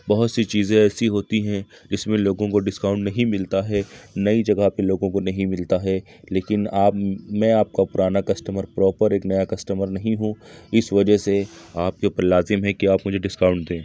بہت سی چیزیں ایسی ہوتی ہیں جس میں لوگوں کو ڈسکاؤنٹ نہیں ملتا ہے نئی جگہ پہ لوگوں کو نہیں ملتا ہے لیکن آپ میں آپ کا پرانا کسٹرم پراپر ایک نیا کسٹمر نہیں ہوں اِس وجہ سے آپ کے اوپر لازم ہے کہ ڈسکاؤنٹ دیں